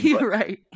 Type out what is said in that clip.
Right